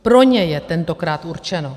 Pro ně je tentokrát určeno.